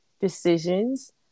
decisions